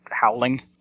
howling